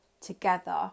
together